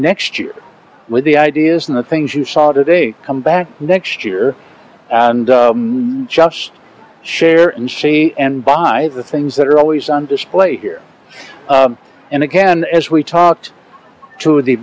next year with the ideas and the things you saw today come back next year and just share and see and buys the things that are always on display here and again as we talked to the